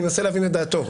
אבל אני מנסה להבין את דעתו.